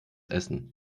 essen